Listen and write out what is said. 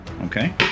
Okay